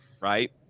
right